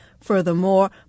Furthermore